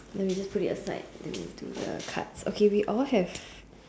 then we just put it aside then we to the cards okay we all have